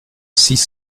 six